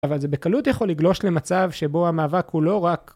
אבל זה בקלות יכול לגלוש למצב שבו המאבק הוא לא רק...